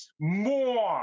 More